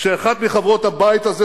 כשאחת מחברות הבית הזה,